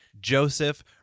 Joseph